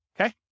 okay